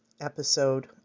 episode